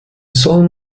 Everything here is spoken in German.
soll